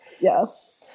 Yes